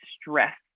stress